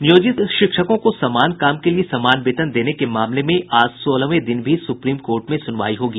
नियोजित शिक्षकों को समान काम के लिए समान वेतन देने के मामले में आज सोलहवें दिन भी सुप्रीम कोर्ट में सुनवाई होगी